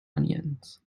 onions